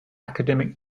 academic